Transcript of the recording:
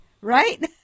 right